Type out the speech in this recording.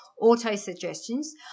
auto-suggestions